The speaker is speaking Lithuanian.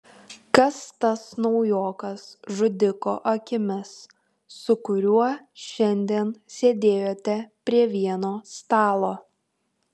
kas tas naujokas žudiko akimis su kuriuo šiandien sėdėjote prie vieno stalo